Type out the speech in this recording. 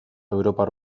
europar